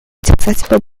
accessible